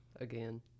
Again